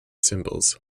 symbols